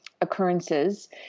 occurrences